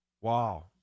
Wow